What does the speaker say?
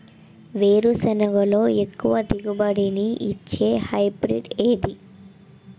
వేరుసెనగ లో ఎక్కువ దిగుబడి నీ ఇచ్చే హైబ్రిడ్ ఏది?